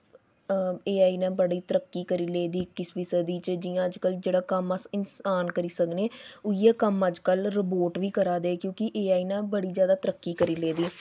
ए I नै बड़ी तरक्की करी लेदी इक्किसवी सदी च जि'यां अजकल्ल जेह्ड़ा कम्म अजकल्ल अस इंसान करी सकने इ'यै कम्म अजकल्ल रबोट बी करा दे क्योंकि ए आई नै बड़ी जादा तरक्की करी लेदी